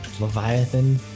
Leviathan